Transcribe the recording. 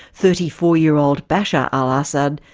thirty four year old bashar al-assad,